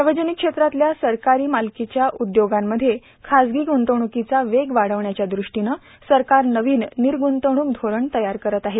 सार्वजनिक क्षेत्रातल्या सरकारी मालकीच्या उद्योगांमधे खाजगी ग्ंतवणूकीचा वेग वाढवण्याच्या दृष्टीनं सरकारनं नवीन निर्गूतवणूक धोरण तयार केलं आहे